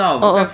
ah ah